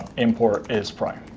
import is prime.